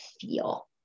feel